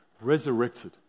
resurrected